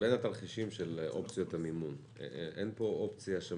התרחישים של אופציית המימון אין אופציה של